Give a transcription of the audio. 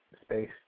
space